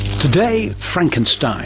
today, frankenstein,